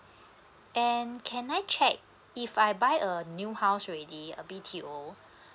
and can I check if I buy a new house already a B_T_O